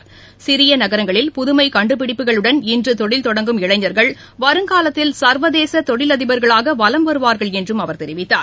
பணிகளை சிறிய நகரங்களில் புதுமை கண்டுபிடிப்புகளுடன் இன்று தொழில் தொடங்கும் இளைஞர்கள் வருங்காலத்தில் சா்வதேச தொழிலதிபர்களாக வலம் வருவார்கள் என்றும் அவர் தெரிவித்தார்